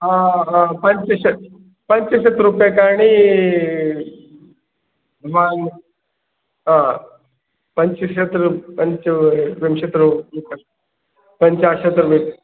पञ्चाशत् पञ्चाशत्रूप्यकाणि भवान् पञ्चाशत्